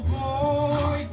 boy